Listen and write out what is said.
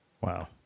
Wow